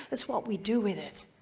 it's what we do with it.